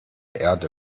erde